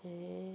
eh